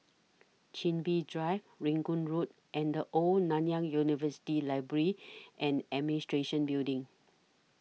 Chin Bee Drive Rangoon Road and The Old Nanyang University Library and Administration Building